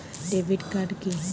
Debit card কি?